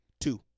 Two